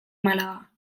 málaga